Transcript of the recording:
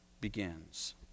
begins